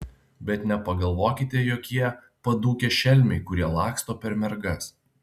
bet nepagalvokite jog jie padūkę šelmiai kurie laksto per mergas